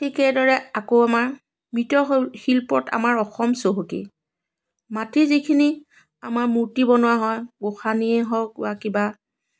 ঠিক সেইদৰে আকৌ আমাৰ মৃত শিল শিল্পত আমাৰ অসম চহকী মাটিৰ যিখিনি আমাৰ মূৰ্তি বনোৱা হয় গোঁসানীয়ে হওক বা কিবা